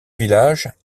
village